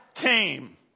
came